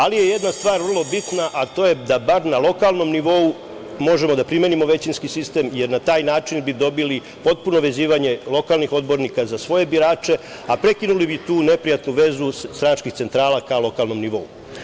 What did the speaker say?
Ali je jedna stvar vrlo bitna, a to je da bar na lokalnom nivou možemo da primenimo većinski sistem, jer na taj način bi dobili potpuno vezivanje lokalnih odbornika za svoje birače, a prekinuli bi tu neprijatnu vezu stranačkih centrala ka lokalnom nivou.